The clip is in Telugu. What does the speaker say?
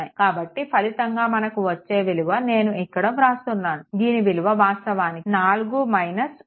కాబట్టి ఫలితంగా మనకు వచ్చే విలువ నేను ఇక్కడ వ్రాస్తున్నాను దీని విలువ వాస్తవానికి 4 0